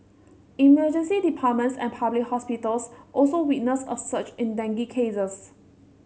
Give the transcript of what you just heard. emergency departments at public hospitals also witnessed a surge in dengue cases